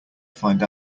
find